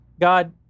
God